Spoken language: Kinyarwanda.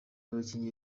abakinnyi